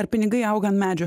ar pinigai auga ant medžių